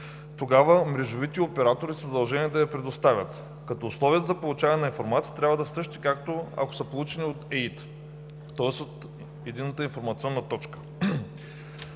тогава мрежовите оператори са задължени да я предоставят, като условията за получаване на информация трябва да са същите, както ако са получени от Единната информационна точка.